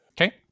Okay